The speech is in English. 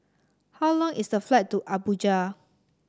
how long is the flight to Abuja